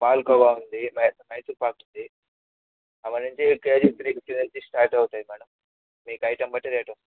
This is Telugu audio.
పాలకోవా ఉంది మైసూర్ క్ ఉంది అవన్నీ కేజీ త్రీ ఫిఫ్టీ నుండి స్టార్ట్ అవుతాయి మేడం మీకు ఐటం బట్టి రేట్ ఉంటుంది